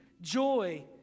joy